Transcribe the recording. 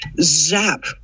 zap